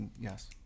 yes